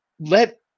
let